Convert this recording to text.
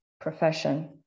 profession